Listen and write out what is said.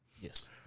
yes